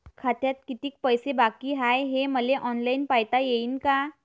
खात्यात कितीक पैसे बाकी हाय हे मले ऑनलाईन पायता येईन का?